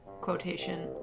quotation